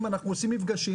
ואנחנו עושים מפגשים